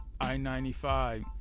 I-95